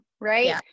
right